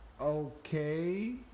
okay